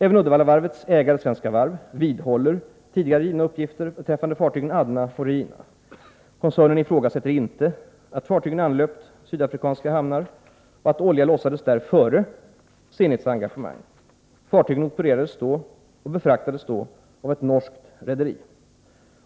Även Uddevallavarvets ägare Svenska Varv AB vidhåller tidigare givna uppgifter beträffande fartygen Adna och Regina. Koncernen ifrågasätter inte att fartygen anlöpt sydafrikanska hamnar och att olja lossades där före Zenits engagemang. Fartygen opererades och befraktades då av ett norskt rederi.